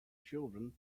children